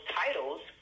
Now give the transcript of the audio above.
titles